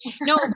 No